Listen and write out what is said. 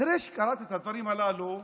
אחרי שקראתי את הדברים הללו,